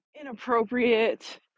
Inappropriate